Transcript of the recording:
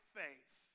faith